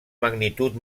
magnitud